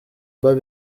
bas